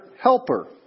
Helper